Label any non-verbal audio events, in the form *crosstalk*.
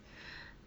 *breath*